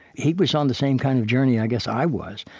he was on the same kind of journey, i guess, i was.